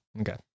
Okay